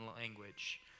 language